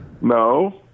No